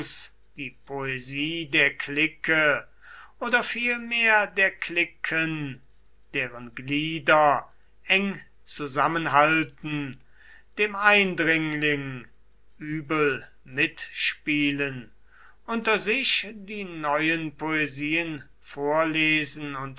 die poesie der clique oder vielmehr der cliquen deren glieder eng zusammenhalten dem eindringling übel mitspielen unter sich die neuen poesien vorlesen und